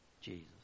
Jesus